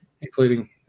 including